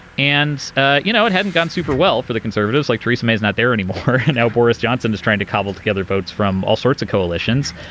and you know it hadn't gone super well for the conservatives like theresa may is not there anymore. now boris johnson is trying to cobble together votes from all sorts of coalitions.